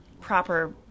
proper